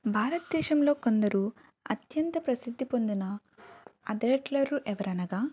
భారతదేశంలో కొందరు అత్యంత ప్రసిద్ధి పొందిన అథలేట్లరు ఎవరనగా